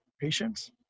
patients